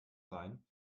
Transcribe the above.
sein